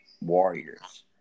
warriors